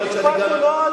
יכול להיות שאני גם,